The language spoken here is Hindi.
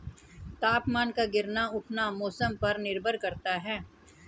तापमान का गिरना उठना मौसम पर निर्भर करता है